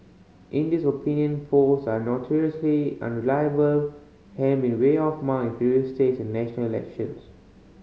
India's opinion polls are notoriously unreliable having been way off mark in previous state and national elections